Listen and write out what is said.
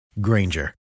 Granger